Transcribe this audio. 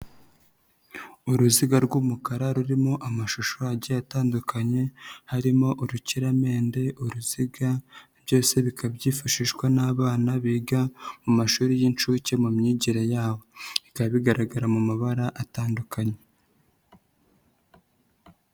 Uruziga rw'umukara rurimo amashusho agiye atandukanye, harimo urukiramende, uruziga, byose bikaba byifashishwa n'abana biga mu mashuri y'inhsuke mu myigire yabo. Bikaba bigaragara mu mabara atandukanye.